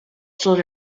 stood